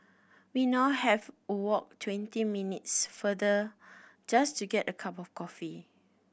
we now have walk twenty minutes farther just to get a cup of coffee